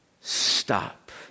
stop